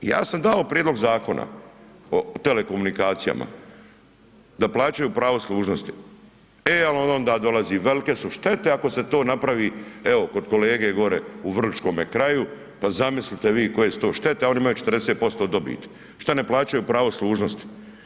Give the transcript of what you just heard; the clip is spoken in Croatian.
Ja sam dao prijedlog Zakona o telekomunikacijama, da plaćaju pravo služnosti e ali onda dolazi velike su štete ako se to napravi evo kod kolege gore u vrličkom kraju, pa zamislite vi koje su to štete a oni imaju 40% dobiti, šta ne plaćaju pravo služnosti.